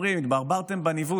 אומרים: התברברתם בניווט,